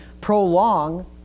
prolong